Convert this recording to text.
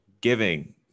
Giving